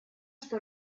что